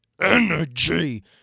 energy